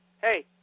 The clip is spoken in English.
Hey